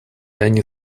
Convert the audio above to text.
они